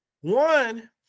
one